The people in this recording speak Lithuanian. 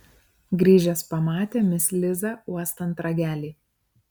grįžęs pamatė mis lizą uostant ragelį